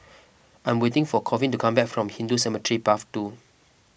I am waiting for Colvin to come back from Hindu Cemetery Path two